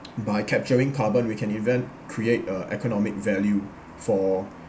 by capturing carbon we can even create uh economic value for